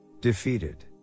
defeated